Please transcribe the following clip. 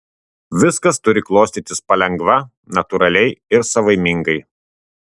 viskas turi klostytis palengva natūraliai ir savaimingai